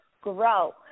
grow